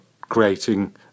creating